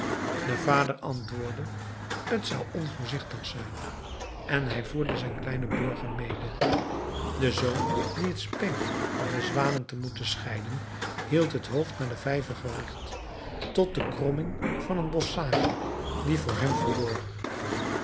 de vader antwoordde t zou onvoorzichtig zijn en hij voerde zijn kleinen burger mede de zoon dien het speet van de zwanen te moeten scheiden hield het hoofd naar den vijver gericht tot de kromming van een bosschage dien voor hem verborg